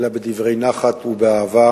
אלא בדברי נחת ובאהבה